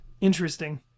Interesting